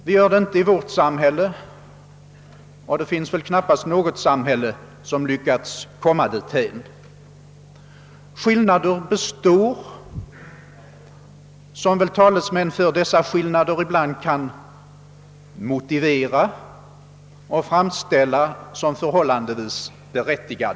Vi gör det inte i vårt samhälle, och det finns väl knappast något samhälle som kommit därhän. Skillnader uppstår, och ibland kan väl talesmännen för dessa skillnader motivera dem och framställa dem som förhållandevis berättigade.